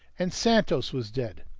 and santos was dead.